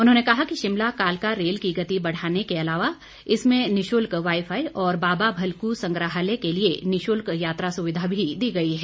उन्होंने कहा कि शिमला कालका रेल की गति बढ़ाने के अलावा इसमें निशुल्क वाई फाई और बाबा भलकू संग्राहलय के लिए निशुल्क यात्रा सुविधा भी दी गई है